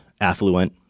affluent